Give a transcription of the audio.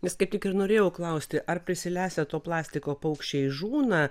nes kaip tik ir norėjau klausti ar prisilesę to plastiko paukščiai žūna